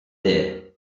there